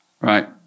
right